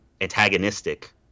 antagonistic